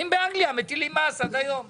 רציתי לדעת האם באנגליה מטילים עד היום מס.